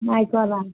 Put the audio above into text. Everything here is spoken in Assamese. নাই কৰা